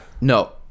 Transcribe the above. No